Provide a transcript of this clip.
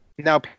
Now